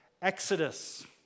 Exodus